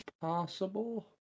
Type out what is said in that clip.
possible